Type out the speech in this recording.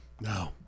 No